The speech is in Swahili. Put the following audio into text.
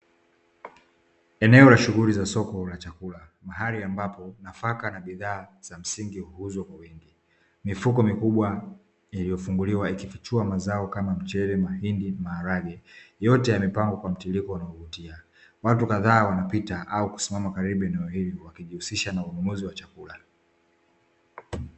Eneo la shughuli za soko la chakula mahali ambapo nafaka na bidhaa za msingi huuzwa kwa wingi, mifuko mikubwa ikifunguliwa ikifichua mazao kama mchele, mahindi na maharage yote yamepangwa kwa mtirirko unaovutia, watu kadhaa wanapita au kusimama karibu ya eneo hili wakijihusisha na ununuzi wa chakula.